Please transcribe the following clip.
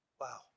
Wow